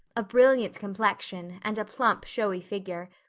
a brilliant complexion, and a plump showy figure.